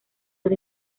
the